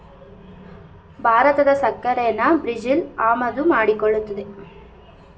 ಭಾರತದ ಸಕ್ಕರೆನಾ ಬ್ರೆಜಿಲ್ ಆಮದು ಮಾಡಿಕೊಳ್ಳುತ್ತದೆ